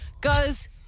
goes